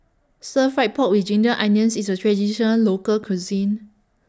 Stir Fried Pork with Ginger Onions IS A Traditional Local Cuisine